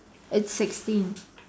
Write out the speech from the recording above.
it's sixteen